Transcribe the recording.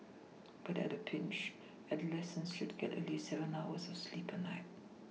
but at a Pinch adolescents should get at least seven hours of sleep a night